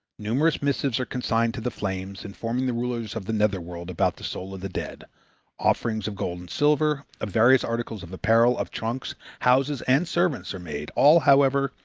numerous missives are consigned to the flames, informing the rulers of the nether world about the soul of the dead offerings of gold and silver, of various articles of apparel, of trunks, houses, and servants are made, all, however,